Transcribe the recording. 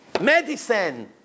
medicine